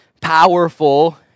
powerful